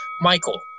Michael